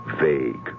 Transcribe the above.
vague